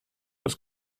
was